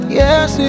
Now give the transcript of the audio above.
yes